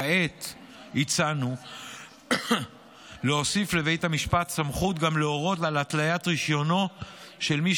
כעת הצענו להוסיף לבית המשפט סמכות גם להורות על התליית רישיונו של מי